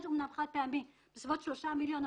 יש אמנם תקציב חד-פעמי בסביבות 3 מיליון שקלים,